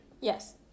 Yes